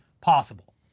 possible